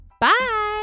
Bye